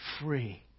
free